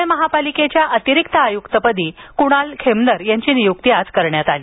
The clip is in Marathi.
पुणे महापालिकेच्या अतिरिक्त आयुक्तपदी कुणाल खेमनर यांची नियुक्ती आज करण्यात आली